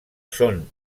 són